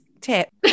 tip